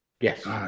yes